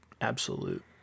absolute